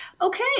Okay